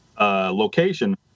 location